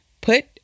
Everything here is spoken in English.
put